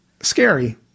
scary